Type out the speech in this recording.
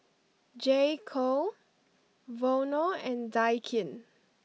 J Co Vono and Daikin